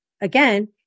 again